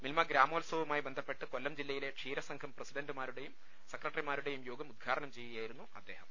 മിൽമ ഗ്രാമോത്സവവുമായി ബന്ധപ്പെട്ട് ക്ഷീരസംഘം പ്രസിഡണ്ടുമാരുടെയും സെക്രട്ടറിമാരുടെയും യോഗം ഉദ്ഘാടനം ചെയ്യുകയായിരുന്നു അദ്ദേഹം